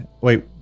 Wait